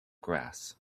grass